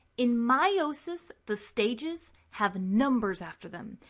in meiosis, the stages have numbers after them.